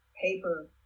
paper